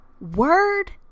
Word